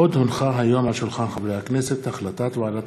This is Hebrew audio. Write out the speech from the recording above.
עוד הונחה היום על שולחן הכנסת החלטת ועדת